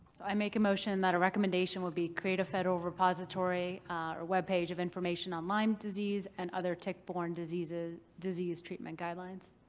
so i make a motion that a recommendation will be create a federal repository or webpage of information on lyme disease and other tick-borne disease ah disease treatment guidelines.